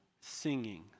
singing